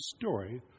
story